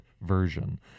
version